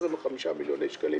כמעט 25 מיליוני שקלים